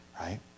right